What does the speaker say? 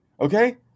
Okay